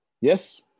Yes